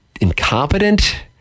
incompetent